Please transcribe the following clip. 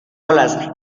olas